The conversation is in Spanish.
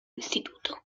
instituto